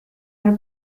are